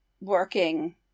working